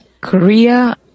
Korea